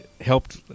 helped